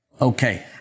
Okay